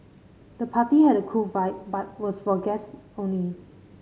the party had a cool vibe but was for guests only